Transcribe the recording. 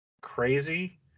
crazy